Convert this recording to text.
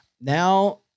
Now